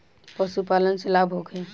पशु पालन से लाभ होखे?